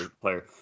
player